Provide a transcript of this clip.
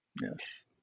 Yes